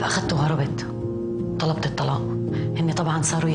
אני לא אחזור על כל הנתונים שהוצגו ועוד